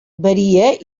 varia